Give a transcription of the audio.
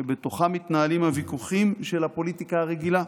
שבתוכה מתנהלים הוויכוחים של הפוליטיקה הרגילה.